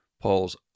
Paul's